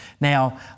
Now